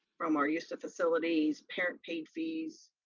from our use of facilities, parent-paid fees,